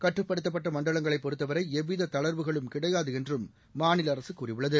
கட்டுப்படுத்தப்பட்ட மணடலங்களைப் பொறுத்தவரை எவ்வித தளா்வுகளும் கிடையாது என்றும் மாநில அரசு கூறியுள்ளது